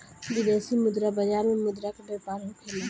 विदेशी मुद्रा बाजार में मुद्रा के व्यापार होखेला